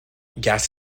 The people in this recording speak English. gas